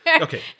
Okay